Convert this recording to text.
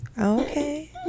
okay